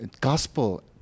gospel